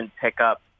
pickup